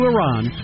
Iran